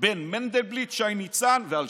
בין מנדלבליט, שי ניצן ואלשיך.